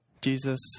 Jesus